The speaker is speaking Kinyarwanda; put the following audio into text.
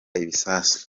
ibisasu